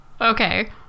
okay